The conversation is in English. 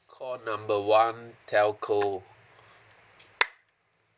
call number one telco